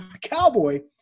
Cowboy